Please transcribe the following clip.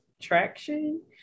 traction